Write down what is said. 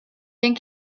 den